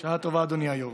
בשעה טובה, אדוני היו"ר.